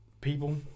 people